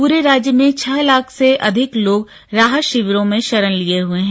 पूरे राज्य में छह लाख से अधिक लोग राहत शिविरों में शरण लिए हुए हैं